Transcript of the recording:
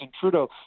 Trudeau